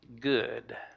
good